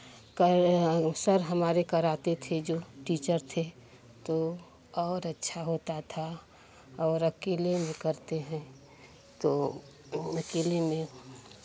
कर सर हमारे कराते थे जो टीचर थे तो और अच्छा होता था और अकेले में करते हैं तो अकेले में